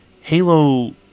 Halo